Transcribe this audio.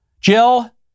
Jill